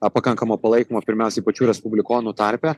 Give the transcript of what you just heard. na pakankamo palaikymo pirmiausiai pačių respublikonų tarpe